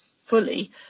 fully